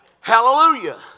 Hallelujah